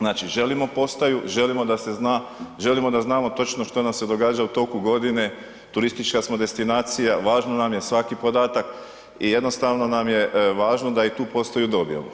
Znači, želimo postaju, želimo da se zna, želimo da znamo točno što nam se događa u toku godine, turistička smo destinacija, važno nam je svaki podatak i jednostavno nam je važno da i tu postaju dobijemo.